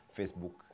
Facebook